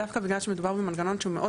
דווקא בגלל שמדובר במנגנון שהוא מאוד